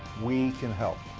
we can help.